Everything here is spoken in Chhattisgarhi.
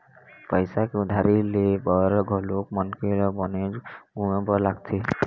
पइसा के उधारी ले बर घलोक मनखे ल बनेच घुमे बर लगथे